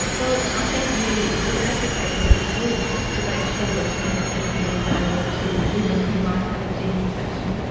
ah look, i think we would advocate that it's good to make sure that genetic testing is available to women who might have a gene mutation.